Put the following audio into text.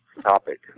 topic